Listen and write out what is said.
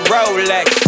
Rolex